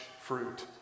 fruit